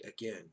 again